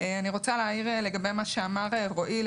אני רוצה להעיר לגבי מה שאמר רועי,